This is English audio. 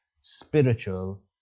spiritual